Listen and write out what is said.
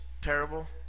terrible